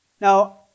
Now